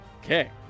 Okay